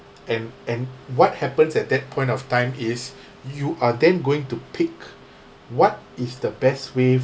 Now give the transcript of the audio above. and and what happens at that point of time is you are then going to pick what is the best way